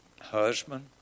husband